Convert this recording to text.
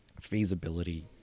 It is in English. feasibility